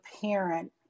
parent